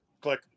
click